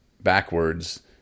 backwards